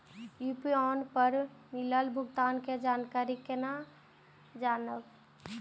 UPI पर मिलल भुगतान के जानकारी केना जानब?